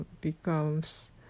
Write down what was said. becomes